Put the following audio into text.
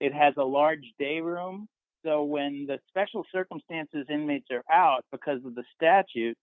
it has a large day room so when the special circumstances inmates are out because of the statu